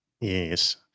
Yes